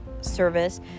service